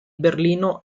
berlino